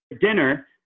dinner